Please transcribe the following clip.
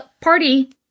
party